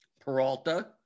Peralta